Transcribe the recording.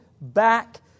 Back